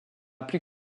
plus